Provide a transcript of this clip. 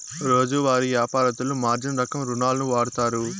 రోజువారీ యాపారత్తులు మార్జిన్ రకం రుణాలును వాడుతారు